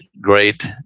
great